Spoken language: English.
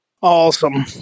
Awesome